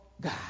God